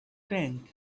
tank